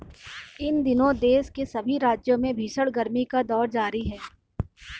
इन दिनों देश के सभी राज्यों में भीषण गर्मी का दौर जारी है